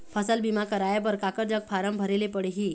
फसल बीमा कराए बर काकर जग फारम भरेले पड़ही?